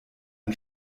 ein